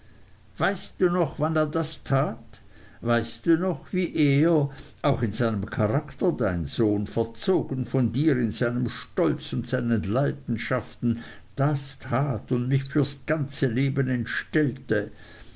weißt du noch wann er das tat weißt du noch wie er auch in seinem charakter dein sohn verzogen von dir in seinem stolz und seinen leidenschaften das tat und mich fürs ganze leben entstellte